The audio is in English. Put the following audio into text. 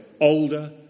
older